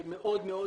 יורדת.